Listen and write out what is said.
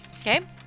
Okay